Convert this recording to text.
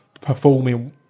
performing